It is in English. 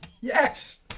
Yes